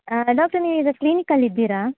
ಹಾಂ ಡಾಕ್ಟರ್ ನೀವು ಇವತ್ತು ಕ್ಲಿನಿಕಲ್ಲಿದ್ದೀರಾ